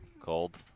Cold